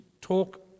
talk